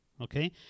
okay